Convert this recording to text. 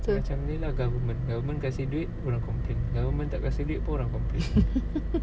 macam ni lah government government kasih duit orang complain government tak kasih duit pun orang complain